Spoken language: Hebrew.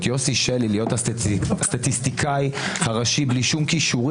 את יוסי של להיות הסטטיסטיקאי הראשי בלי שום כישורים,